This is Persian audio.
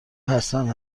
حسن